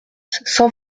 cent